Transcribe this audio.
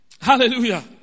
Hallelujah